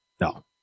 No